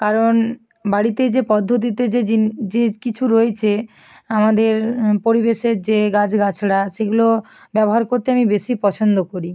কারণ বাড়িতে যে পদ্ধতিতে যে জিন যে কিছু রয়েছে আমাদের পরিবেশের যে গাছ গাছড়া সেগুলো ব্যবহার করতে আমি বেশি পছন্দ করি